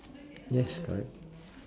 yes correct